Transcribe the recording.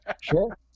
Sure